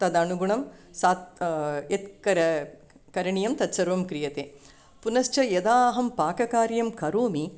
तदनुगुणं स्यात् यत् कर करणीयं तत्सर्वं क्रियते पुनश्च यदा अहं पाककार्यं करोमि